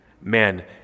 Man